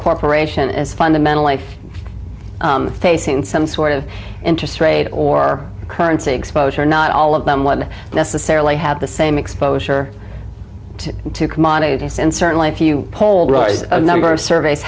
corporation is fundamentally facing some sort of interest rate or currency exposure not all of them one necessarily have the same exposure to commodities and certainly if you polled right a number of surveys